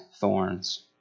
thorns